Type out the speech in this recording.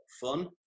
fun